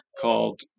called